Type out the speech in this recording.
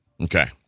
Okay